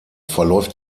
verläuft